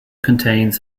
contains